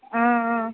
ఆ ఆ